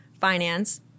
finance